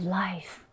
life